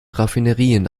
raffinerien